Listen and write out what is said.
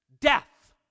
death